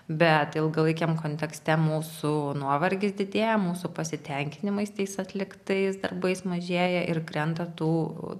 bet ilgalaikiam kontekste mūsų nuovargis didėja mūsų pasitenkinimas tais atliktais darbais mažėja ir krenta tų